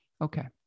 Okay